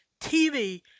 TV